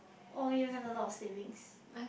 oh you have a lot of savings